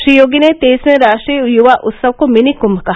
श्री योगी ने तेईसवें राष्ट्रीय युवा उत्सव को मिनी कुंभ कहा